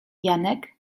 janek